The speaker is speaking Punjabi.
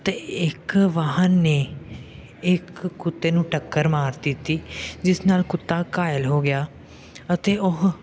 ਤਾਂ ਇੱਕ ਵਾਹਨ ਨੇ ਇੱਕ ਕੁੱਤੇ ਨੂੰ ਟੱਕਰ ਮਾਰ ਦਿੱਤੀ ਜਿਸ ਨਾਲ ਕੁੱਤਾ ਘਾਇਲ ਹੋ ਗਿਆ ਅਤੇ ਉਹ